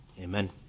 Amen